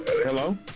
Hello